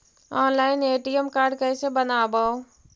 Online ATM card कैसे बनाबौ?